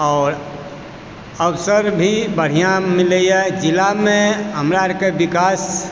और अवसर भी बढ़िया मिलैए जिलामे हमरा आरके बिकास